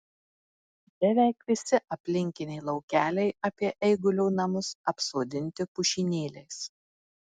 beveik visi aplinkiniai laukeliai apie eigulio namus apsodinti pušynėliais